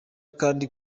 kandi